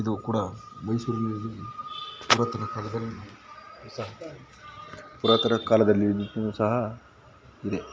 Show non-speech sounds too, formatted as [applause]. ಇದು ಕೂಡ ಮೈಸೂರಲ್ಲಿ ಪುರಾತನ ಕಾಲದಲ್ಲಿ ಸಹ ಪುರಾತನ ಕಾಲದಲ್ಲಿ [unintelligible] ಸಹ ಇದೆ